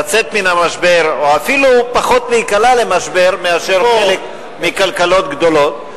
לצאת מן המשבר או אפילו פחות להיקלע למשבר מחלק מכלכלות גדולות,